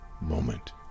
moment